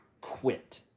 quit